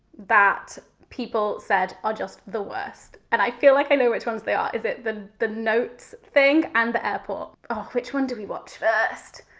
that people said are just the worst. and i feel like i know which ones they are. is it the the notes thing and the airport? ah which one do we watch first?